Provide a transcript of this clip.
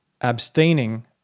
abstaining